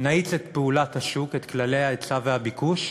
נאיץ את פעולת השוק, את כללי ההיצע והביקוש,